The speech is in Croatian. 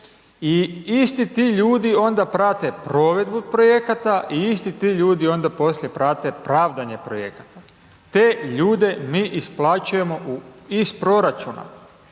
i isti ti ljudi onda prate provedbu projekata i isti ti ljudi onda poslije prate pravdanje projekata. Te ljude mi isplaćujemo iz proračuna,